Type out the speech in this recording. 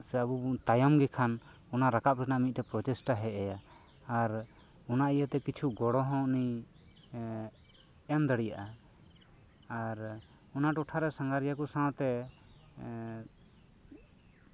ᱥᱮ ᱟᱵᱚᱵᱚᱱ ᱛᱟᱭᱚᱢ ᱜᱮ ᱠᱷᱟᱱ ᱚᱱᱟ ᱨᱟᱠᱟᱵ ᱨᱮᱭᱟᱜ ᱢᱤᱫᱴᱮᱱ ᱯᱨᱚᱪᱮᱥᱴᱟ ᱦᱮᱡ ᱟᱭᱟ ᱟᱨ ᱚᱱᱟ ᱤᱭᱟᱹ ᱛᱮ ᱠᱤᱪᱷᱩ ᱜᱚᱲᱚ ᱦᱚᱸ ᱩᱱᱤᱭ ᱮᱢ ᱫᱟᱲᱮᱭᱟᱜᱼᱟ ᱟᱨ ᱚᱱᱟ ᱴᱚᱴᱷᱟ ᱨᱮ ᱥᱟᱸᱜᱷᱟᱨᱤᱭᱟᱹ ᱠᱚ ᱥᱟᱶᱛᱮ